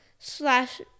slash